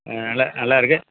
ஆ நல்லா நல்லாயிருக்கு